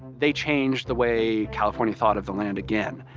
they changed the way california thought of the land again,